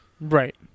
Right